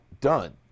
done